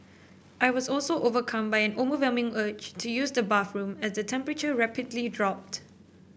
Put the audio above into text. I was also overcome by an overwhelming urge to use the bathroom as the temperature rapidly dropped